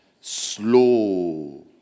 slow